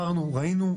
ראינו,